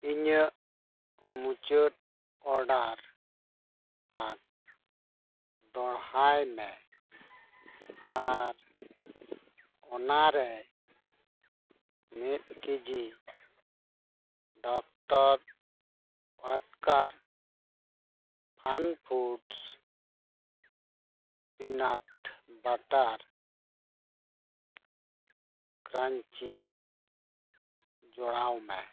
ᱤᱧᱟᱹᱜ ᱢᱩᱪᱟᱹᱫ ᱚᱰᱟᱨ ᱴᱟᱜ ᱫᱚᱦᱲᱟᱭ ᱢᱮ ᱟᱨ ᱚᱱᱟᱨᱮ ᱢᱤᱫ KG doctor Oetker Fun Foods peanut butter crunchy ᱡᱚᱲᱟᱣ ᱢᱮ